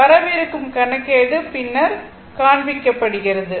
வரவிருக்கும் கணக்கீடு பின்னர் காண்பிக்கப்படுகிறது